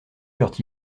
furent